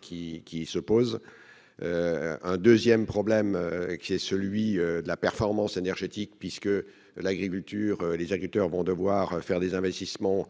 qui se pose un 2ème problème qui est celui de la performance énergétique puisque l'agriculture, les agriculteurs vont devoir faire des investissements